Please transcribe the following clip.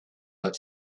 but